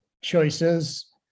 choices